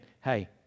hey